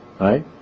Right